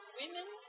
women